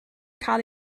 cael